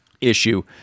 issue